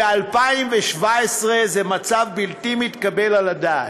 ב-2017 זה מצב בלתי מתקבל על הדעת.